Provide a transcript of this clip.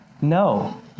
No